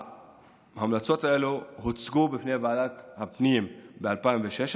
ההמלצות האלה הוצגו בפני ועדת הפנים ב-2016,